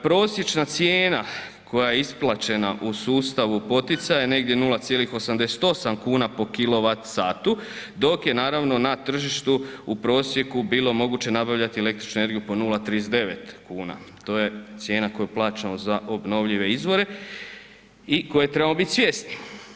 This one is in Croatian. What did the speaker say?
Prosječna cijena koja je isplaćena u sustavu poticaja je negdje 0,88 kn po kWh, dok je naravno na tržištu u prosjeku bilo moguće nabavljat električnu energiju po 0,39 kn, to je cijena koju plaćamo za obnovljive izvore i koje trebamo bit svjesni.